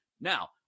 Now